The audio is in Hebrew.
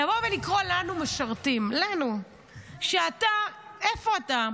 לבוא ולקרוא לנו משרתים, כשאתה, איפה אתה?